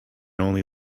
only